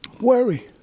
worry